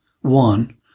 one